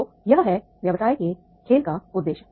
तो यह है व्यवसाय के खेल का उद्देश्य